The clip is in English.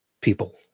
people